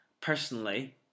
Personally